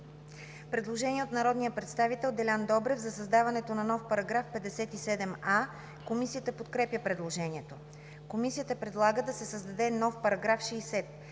Предложение от народния представител Делян Добрев за създаването на нов § 57а. Комисията подкрепя предложението. Комисията предлага да се създаде нов § 60: „§ 60.